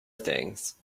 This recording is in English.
things